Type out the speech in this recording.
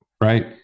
Right